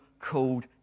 called